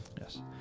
Yes